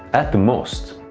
at the most.